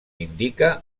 indica